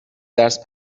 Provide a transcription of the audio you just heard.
درس